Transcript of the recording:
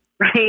right